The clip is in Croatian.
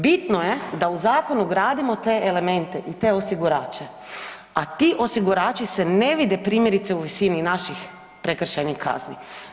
Bitno je da u zakon ugradimo te elemente i te osigurače, a ti osigurači se ne vide primjerice u visini naših prekršajnih kazni.